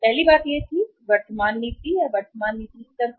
पहली बात यह थी कि वर्तमान नीति वर्तमान नीति वर्तमान नीति स्तर पर